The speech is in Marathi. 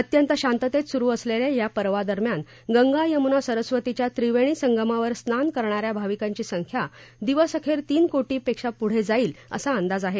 अत्यंत शांततेत सुरु असलेल्या या पर्वादरम्यान गंगा यमुना सरस्वतीच्या त्रिवेणी संगमावर स्नान करणा या भाविकांची संख्या दिवसअखेर तीन कोटी पेक्षा पुढे जाईल असा अंदाज आहे